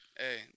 Hey